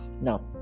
now